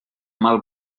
mal